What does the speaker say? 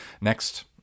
Next